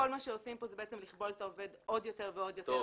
כל מה שעושים פה זה בעצם לכבול את העובד עוד יותר ועוד יותר,